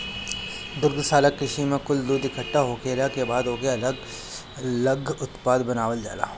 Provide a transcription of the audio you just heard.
दुग्धशाला कृषि में कुल दूध इकट्ठा होखला के बाद ओसे अलग लग उत्पाद बनावल जाला